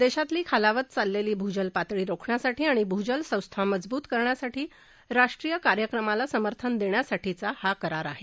देशातली खालावत चाललेली भूजल पातळी रोखण्यासाठी आणि भूजल संस्था मजबूत करण्यासाठी राष्ट्रीय कार्यक्रमाला समर्थन देण्यासाठी हा करार आहे